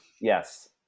Yes